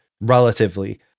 relatively